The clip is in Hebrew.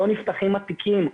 לו נפתחים התיקים,